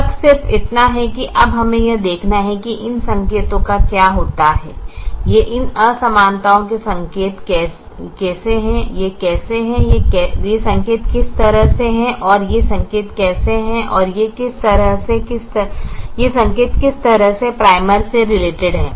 फर्क सिर्फ इतना है अब हमें यह देखना है कि इन संकेतों का क्या होता है ये इन असमानताओं के संकेत कैसे हैं ये कैसे हैं ये संकेत किस तरह से हैं और ये संकेत कैसे हैं ये संकेत किस तरह से प्राइमल से रिलेटेड हैं